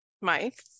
Mike